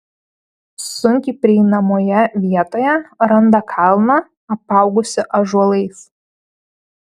sunkiai prieinamoje vietoje randa kalną apaugusį ąžuolais